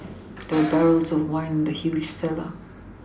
there were barrels of wine in the huge cellar